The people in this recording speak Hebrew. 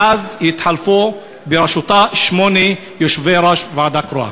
ומאז התחלפו בראשותה שמונה יושבי-ראש ועדה קרואה.